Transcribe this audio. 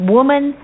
Woman